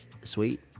Sweet